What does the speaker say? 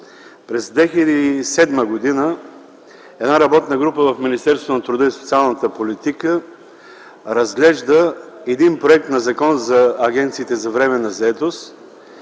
През 2007 г. една работна група в Министерство на труда и социалната политика разглежда един Законопроект за агенциите за временна